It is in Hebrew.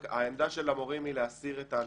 העמדה של המורים היא להסיר את האנטנה.